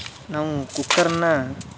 ನಾವು ಕುಕ್ಕರ್ನ